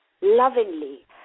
lovingly